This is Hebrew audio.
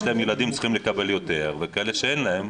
להם ילדים צריכים לקבל יותר וכאלה שאין להם